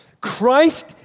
Christ